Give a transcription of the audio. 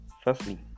Firstly